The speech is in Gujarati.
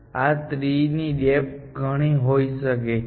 માટે આ ટ્રી ની ડેપ્થ ઘણી હોઈ શકે છે